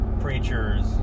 preachers